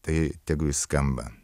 tai tegu jis skamba